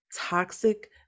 toxic